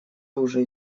уже